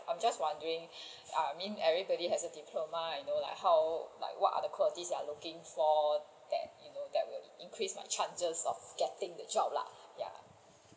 I am just wondering I mean everybody has a diploma you know like how like what are the qualities they are looking for that you know that would increase my chances of getting the job lah ya